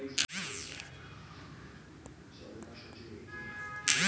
टोल free number पर सेहो phone कए करजाक डिटेल जानल जा सकै छै